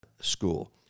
School